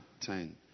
ten